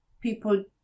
people